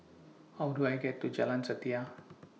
How Do I get to Jalan Setia